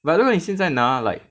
by the way 你现在拿 like